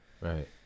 right